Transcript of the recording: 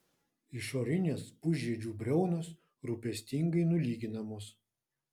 išorinės pusžiedžių briaunos rūpestingai nulyginamos